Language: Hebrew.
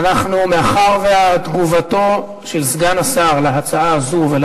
מאחר שתגובתו של סגן השר על ההצעה הזאת ועל